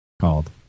called